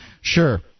sure